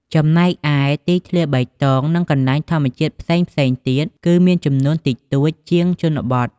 ចំណែកឯ ទីធ្លាបៃតង និងកន្លែងធម្មជាតិផ្សេងៗទៀតគឺមានចំនួនតិចតួចជាងជនបទ។